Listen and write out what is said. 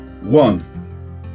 one